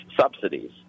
subsidies